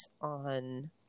on –